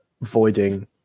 voiding